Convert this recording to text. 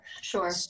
Sure